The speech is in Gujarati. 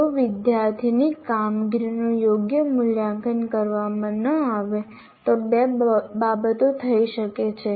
જો વિદ્યાર્થીની કામગીરીનું યોગ્ય મૂલ્યાંકન કરવામાં ન આવે તો બે બાબતો થઇ શકે છે